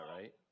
right